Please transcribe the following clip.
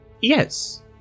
Yes